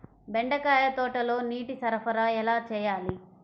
బెండకాయ తోటలో నీటి సరఫరా ఎలా చేయాలి?